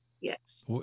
yes